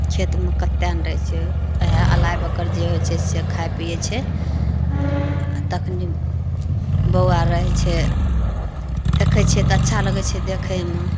खेतमे कतेक ने रहैत छै ओहए अलाइ बकल जे होइत छै से खाइ पीयैत छै आ तखनी बौआ आर रहैत छै देखैत छियै तऽ अच्छा लगै छै देखैमे